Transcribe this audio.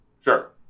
Sure